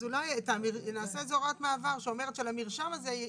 אז אולי נעשה איזה הוראת מעבר שאומרת שלמרשם הזה,